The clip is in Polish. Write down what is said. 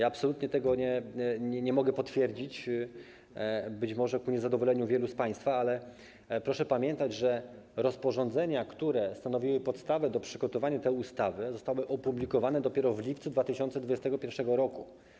Absolutnie nie mogę tego potwierdzić, być może ku niezadowoleniu wielu z państwa, ale proszę pamiętać, że rozporządzenia, które stanowiły podstawę do przygotowania tej ustawy, zostały opublikowane dopiero w lipcu 2021 r.